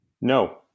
No